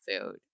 food